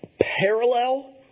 Parallel